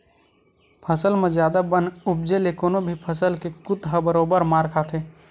फसल म जादा बन के उपजे ले कोनो भी फसल के कुत ह बरोबर मार खाथे